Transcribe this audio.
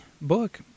book